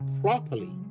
properly